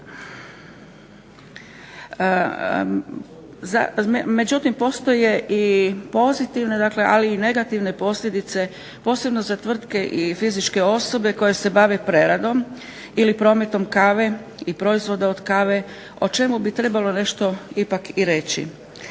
međutim postoje i pozitivne, ali i negativne posljedice posebno za tvrtke i fizičke osobe koje se bave preradom ili prometom kave i proizvoda od kave o čemu bi trebalo nešto ipak i reći.